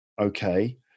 Okay